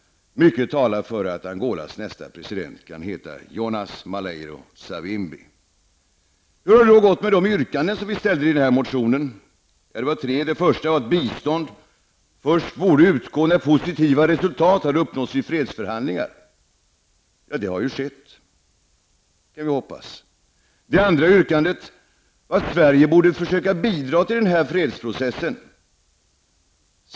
Mycket talar för att Angolas nästa president heter Jonas Hur har det då gått med de yrkanden som vi har ställt i vår motion? För det första har vi yrkat på att biståndet först borde utgå när positiva resultat har uppnåtts i fredsförhandlingarna. Det har nu skett, kan vi hoppas. För det andra yrkade vi på att Sverige borde bidra till fredsprocessen.